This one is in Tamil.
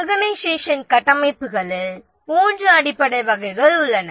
ஆர்கனைசேஷன் கட்டமைப்புகளில் மூன்று அடிப்படை வகைகள் உள்ளன